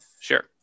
sure